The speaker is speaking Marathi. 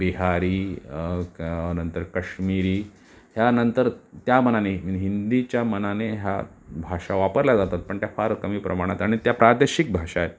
बिहारी क नंतर काश्मिरी ह्यानंतर त्यामानाने हिं हिंदीच्या मानाने ह्या भाषा वापरल्या जातात पण त्या फार कमी प्रमाणात आणि त्या प्रादेशिक भाषा आहेत